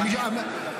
אתה קשקשן.